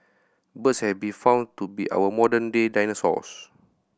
birds have been found to be our modern day dinosaurs